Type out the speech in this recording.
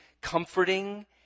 comforting